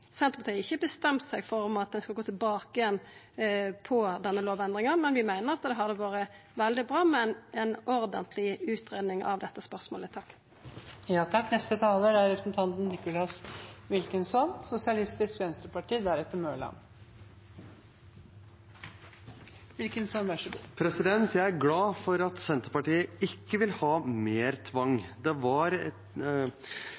Senterpartiet har ikkje bestemt seg for om ein skal gå tilbake på denne lovendringa, men vi meiner at det hadde vore veldig bra med ei ordentleg utgreiing av dette spørsmålet. Jeg er glad for at Senterpartiet ikke vil ha mer tvang.